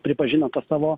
pripažino tą savo